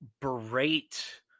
berate